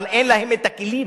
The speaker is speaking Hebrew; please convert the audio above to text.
אבל אין להם הכלים.